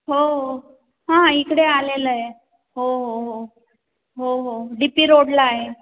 हो हां इकडे आलेलं आहे हो हो हो हो हो डी पी रोडला आहे